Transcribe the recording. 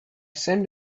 send